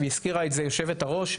והזכירה את זה יושבת-הראש,